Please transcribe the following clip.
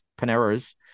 Panera's